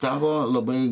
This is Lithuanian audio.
tavo labai